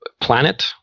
planet